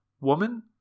Woman